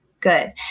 Good